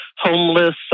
homeless